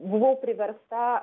buvau priversta